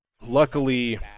Luckily